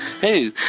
Hey